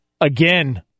Again